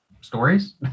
stories